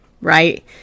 right